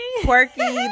quirky